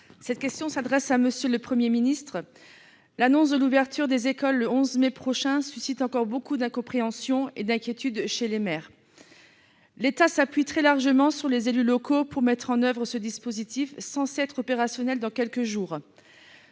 Ma question s'adresse à M. le Premier ministre. L'annonce de l'ouverture des écoles le 11 mai prochain suscite encore beaucoup d'incompréhension et d'inquiétude chez les maires. L'État s'appuie très largement sur les élus locaux pour mettre en oeuvre ce dispositif censé être opérationnel dans quelques jours.